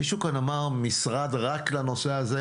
מישהו כאן אמר משרד רק לנושא הזה.